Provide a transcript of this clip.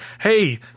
hey